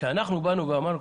אנחנו אמרנו,